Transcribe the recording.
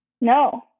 No